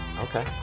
Okay